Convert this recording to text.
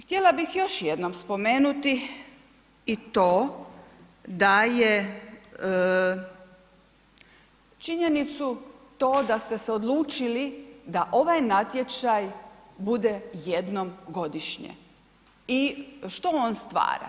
Htjela bih još jednom spomenuti i to da je činjenicu to da ste se odlučili da ovaj način bude jednom godišnje i što on stvara?